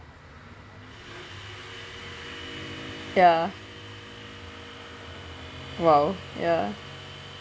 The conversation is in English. ya !wow! ya